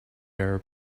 arab